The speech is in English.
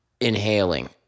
inhaling